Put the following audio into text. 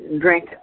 drink